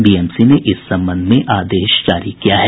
BMC ने इस संबंध में आदेश जारी किया है